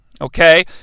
Okay